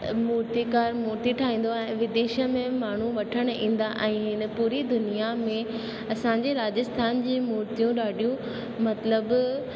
मूर्तिकार मूर्ति ठाहींदो आहे भविष्य माण्हू वठणु ईंदा आहिनि ऐं पूरी दुनिया में असांजे राजस्थान जी मूर्तियूं ॾाढियूं मतिलबु